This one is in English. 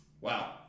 Wow